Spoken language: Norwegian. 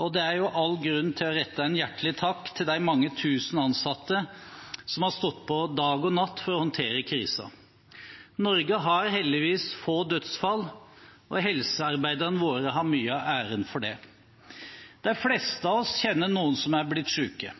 og det er all grunn til å rette en hjertelig takk til de mange tusen ansatte som har stått på dag og natt for å håndtere krisen. Norge har heldigvis få dødsfall, og helsearbeiderne våre har mye av æren for det. De fleste av oss kjenner noen som har blitt syke,